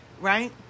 right